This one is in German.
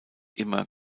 immer